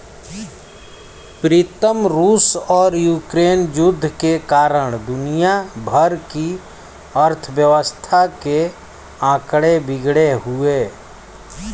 प्रीतम रूस और यूक्रेन युद्ध के कारण दुनिया भर की अर्थव्यवस्था के आंकड़े बिगड़े हुए